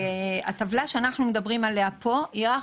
הטבלה שאנחנו מדברים עליה כאן היא אך